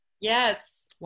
Yes